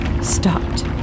Stopped